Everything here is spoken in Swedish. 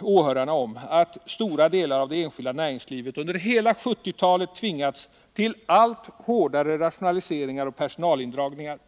åhörarna om att stora delar av det enskilda näringslivet under hela 1970-talet har tvingats till allt hårdare rationaliseringar och personalindragningar.